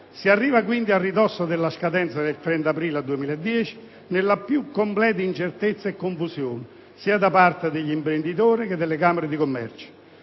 arrivati a ridosso della scadenza del 30 aprile 2010 nella più completa incertezza e confusione, sia da parte degli imprenditori, che delle Camere di commercio.